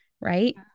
right